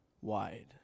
wide